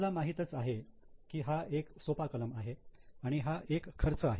तुम्हाला माहीतच आहे की हा एक सोपा कलम आहे आणि हा एक खर्च आहे